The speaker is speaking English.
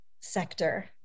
sector